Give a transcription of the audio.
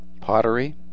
pottery